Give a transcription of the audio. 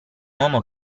uomo